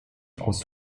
aus